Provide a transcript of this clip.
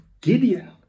Gideon